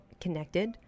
connected